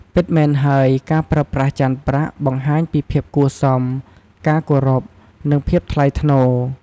ពិតមែនហើយ ការប្រើប្រាស់ចានប្រាក់បង្ហាញពីភាពគួរសម ការគោរព និងភាពថ្លៃថ្នូរ។